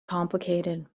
complicated